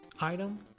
item